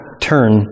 turn